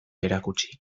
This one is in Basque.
erakutsi